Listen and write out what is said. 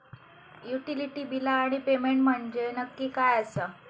Utility बिला आणि payment म्हंजे नक्की काय आसा?